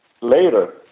later